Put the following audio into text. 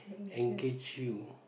engage you